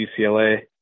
UCLA